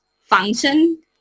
function